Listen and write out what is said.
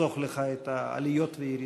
נחסוך לך את העליות והירידות.